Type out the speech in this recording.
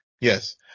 yes